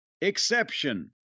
exception